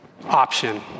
option